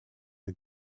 are